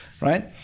right